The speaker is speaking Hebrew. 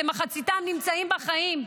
שכמחציתם נמצאים בחיים.